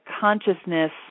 consciousness